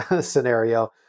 scenario